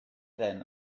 than